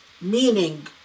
meaning